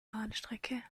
bahnstrecke